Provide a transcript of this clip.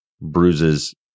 bruises